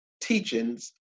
teachings